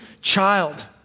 child